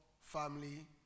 family